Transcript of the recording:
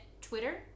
twitter